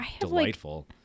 delightful